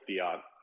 fiat